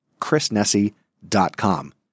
chrisnessy.com